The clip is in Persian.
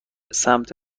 سمت